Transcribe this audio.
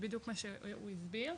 כפי שהסביר.